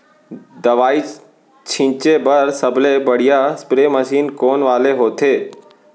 दवई छिंचे बर सबले बढ़िया स्प्रे मशीन कोन वाले होथे?